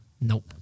Nope